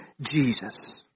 Jesus